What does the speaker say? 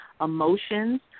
emotions